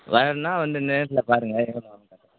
வர்றதுன்னால் வந்து நேர்ல பாருங்கள் எவ்வளோ ஆகுதுன்னு